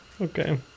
Okay